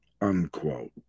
unquote